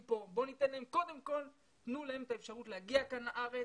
בואו ניתן להם קודם כל את האפשרות להגיע לארץ,